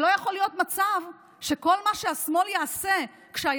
ולא יכול להיות מצב שכל מה שהשמאל יעשה כשהימין